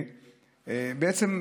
בעצם,